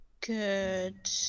Good